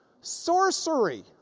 sorcery